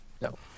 No